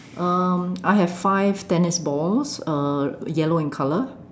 um I have five tennis balls uh yellow in color